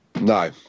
No